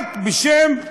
רק בשם,